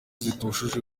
zitujuje